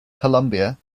colombia